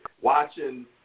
watching